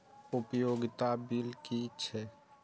उपयोगिता बिल कि छै?